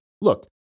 look